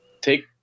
take